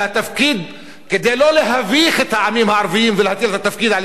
וכדי לא להביך את העמים הערביים ולהטיל את התפקיד על ישראל,